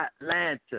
Atlanta